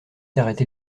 arrêter